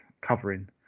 covering